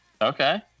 Okay